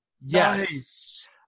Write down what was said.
Yes